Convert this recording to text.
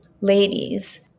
ladies